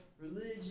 religion